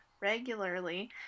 regularly